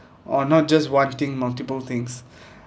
or not just wanting multiple things